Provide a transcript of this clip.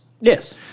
Yes